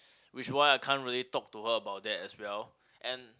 which why I can't really talk to her about that as well and